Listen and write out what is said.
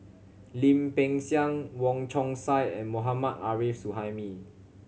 Lim Peng Siang Wong Chong Sai and Mohammad Arif Suhaimi